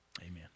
amen